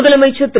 முதலமைச்சர் திரு